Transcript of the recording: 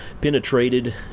penetrated